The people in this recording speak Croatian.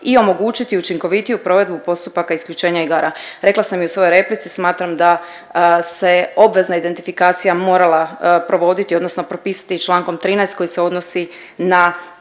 i omogućiti učinkovitiju provedbu postupaka isključenja igara. Rekla sam i u svojoj replici, smatram da se obvezna identifikacija morala provoditi odnosno propisati čl. 13. koji se odnosi na